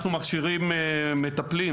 אנחנו מכשירים מטפלים,